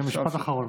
משפט אחרון,